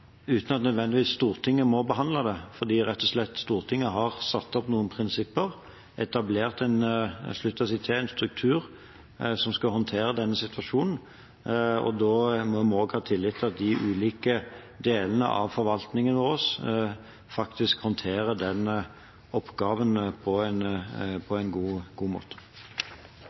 uten at Stortinget nødvendigvis må behandle det, fordi Stortinget rett og slett har satt opp noen prinsipper, etablert – jeg skulle til å si – en struktur, som skal håndtere denne situasjonen, og da må vi også ha tillit til at de ulike delene av vår forvaltning faktisk håndterer den oppgaven på en